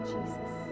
Jesus